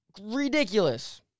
ridiculous